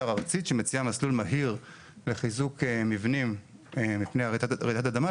מתאר ארצית שמציעה מסלול מהיר לחיזוק מבנים מפני רעידת אדמה,